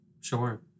Sure